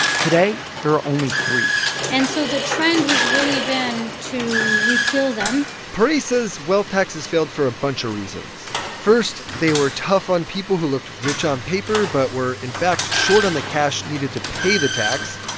today there are only three and so the trend has really been to repeal them perret says wealth taxes failed for a bunch of reasons. first, they were tough on people who looked rich on paper but were, in fact, short on the cash needed to pay the tax.